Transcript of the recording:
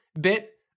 bit